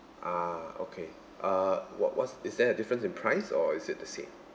ah okay uh what was is there a difference in price or is it the same